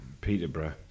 Peterborough